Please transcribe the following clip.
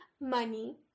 money